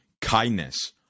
kindness